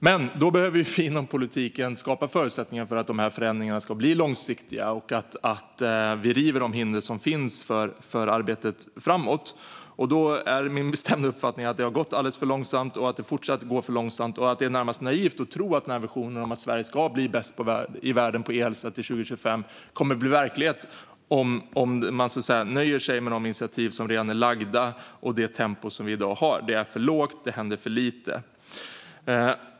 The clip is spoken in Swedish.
Men då behöver vi inom politiken skapa förutsättningar för att förändringarna ska bli långsiktiga och riva de hinder som finns för arbetet framöver. Min bestämda uppfattning är att det har gått alldeles för långsamt och att det fortsatt går för långsamt. Det är närmast naivt att tro att visionen att Sverige ska bli bäst i världen på e-hälsa till 2025 kommer att bli verklighet, om man nöjer sig med de initiativ som redan lagts fram och det tempo som vi har i dag. Det är för lågt, och det händer för lite.